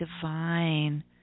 divine